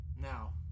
Now